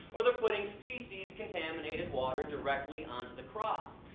or they're putting feces contaminated water directly onto the crops.